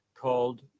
called